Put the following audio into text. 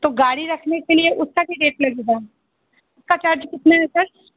तो गाड़ी रखने के लिए उसका भी रेट लगेगा उसका चार्ज कितना है सर